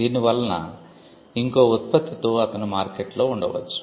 దీని వలన ఇంకో ఉత్పత్తితో అతను మార్కెట్లో ఉండవచ్చు